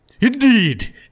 indeed